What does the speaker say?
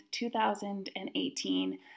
2018